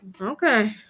Okay